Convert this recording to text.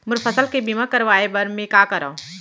मोर फसल के बीमा करवाये बर में का करंव?